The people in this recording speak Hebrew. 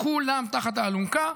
כולם תחת האלונקה,